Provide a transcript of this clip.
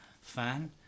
fan